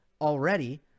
already